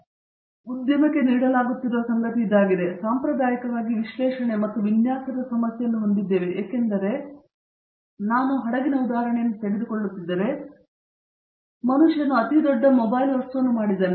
ಮತ್ತು ಇದು ಉದ್ಯಮಕ್ಕೆ ನೀಡಲಾಗುತ್ತಿರುವ ಸಂಗತಿಯಾಗಿದೆ ನಾವು ಸಾಂಪ್ರದಾಯಿಕವಾಗಿ ವಿಶ್ಲೇಷಣೆ ಮತ್ತು ವಿನ್ಯಾಸದ ಸಮಸ್ಯೆಯನ್ನು ಹೊಂದಿದ್ದೇವೆ ಏಕೆಂದರೆ ಮತ್ತೆ ನಾನು ಹಡಗಿನ ಉದಾಹರಣೆಯನ್ನು ತೆಗೆದುಕೊಳ್ಳುತ್ತಿದ್ದರೆ ಮನುಷ್ಯನು ಅತಿ ದೊಡ್ಡ ಮೊಬೈಲ್ ವಸ್ತುವನ್ನು ಮಾಡಿದ್ದಾನೆ